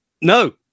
No